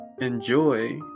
enjoy